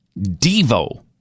Devo